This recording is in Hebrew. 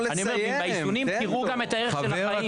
באיזונים תראו גם הערך של החיים.